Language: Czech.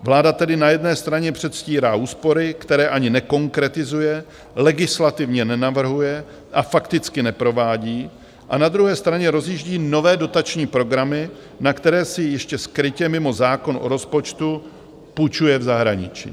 Vláda tedy na jedné straně předstírá úspory, které ani nekonkretizuje, legislativně nenavrhuje a fakticky neprovádí, a na druhé straně rozjíždí nové dotační programy, na které si ještě skrytě mimo zákon o rozpočtu půjčuje v zahraničí.